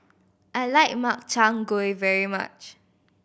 I like Makchang Gui very much